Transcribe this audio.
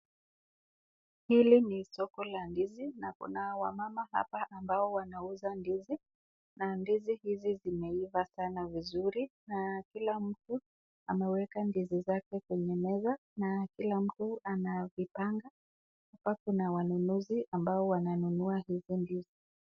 Hili ni soko la ndizi na kuna wamama hapa ambao wanauza ndizi, na ndizi hizi zimeiva sna vizuri, na kila mtu ameweka ndizi zake kwenye meza na kila mtu anazipanga, hapa kuna wanunuzi ambao wananunua hizo ndizi.